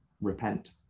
repent